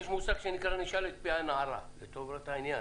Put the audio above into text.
יש מושג שנקרא נשאל את פי הנערה, לטובת העניין.